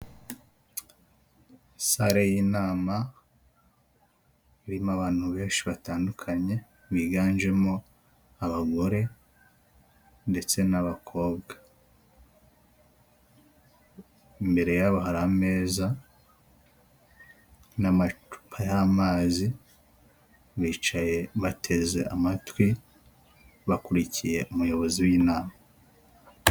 Sare y'inama irimo abantu benshi batandukanye biganjemo abagore ndetse n'abakobwa, imbere yabo hari ameza n'amacupa y'amazi, bicaye bateze amatwi bakurikiye umuyobozi w'inama.